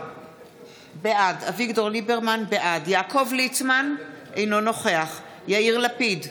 בעד יעקב ליצמן, אינו נוכח יאיר לפיד,